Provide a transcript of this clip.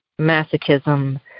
masochism